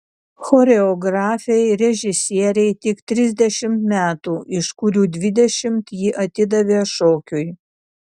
choreografei režisierei tik trisdešimt metų iš kurių dvidešimt ji atidavė šokiui